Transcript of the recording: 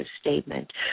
statement